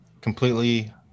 completely